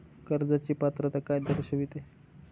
कर्जाची पात्रता काय दर्शविते?